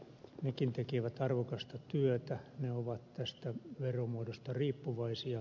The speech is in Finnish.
nekin tekevät arvokasta työtä ne ovat tästä veromuodosta riippuvaisia